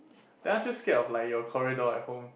then aren't you scared of like your corridor at home